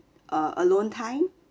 err alone time